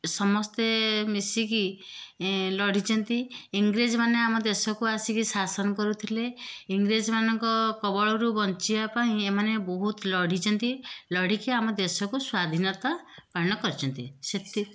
ସମସ୍ତେ ମିଶିକି ଲଢ଼ିଛନ୍ତି ଇଂରେଜ ମାନେ ଆମ ଦେଶକୁ ଆସିକି ଶାସନ କରୁଥିଲେ ଇଂରେଜମାନଙ୍କ କବଳରୁ ବଞ୍ଚିବା ପାଇଁ ଏମାନେ ବହୁତ ଲଢ଼ିଛନ୍ତି ଲଢ଼ିକି ଆମ ଦେଶକୁ ସ୍ଵାଧିନତା କରିଛନ୍ତି ସେଥି